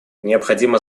необходимо